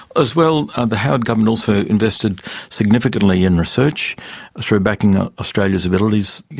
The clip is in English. as well and the howard government also invested significantly in research through backing ah australia's abilities,